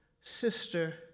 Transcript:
sister